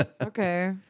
Okay